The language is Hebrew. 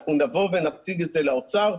אנחנו נבוא ונציג את זה לאוצר,